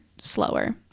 slower